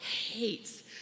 hates